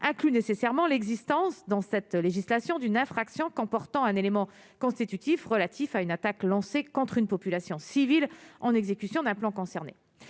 inclut nécessairement l'existence dans cette législation d'une infraction comportant un élément constitutif relatif à une attaque lancée contre une population civile en exécution d'un plan concernés,